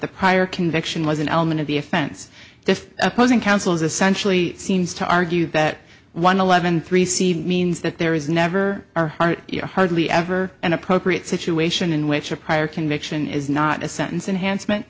the prior conviction was an element of the offense the opposing counsel is essentially seems to argue that one eleventh received means that there is never are hard you're hardly ever an appropriate situation in which a prior conviction is not a sentence enhanced meant